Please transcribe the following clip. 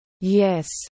Yes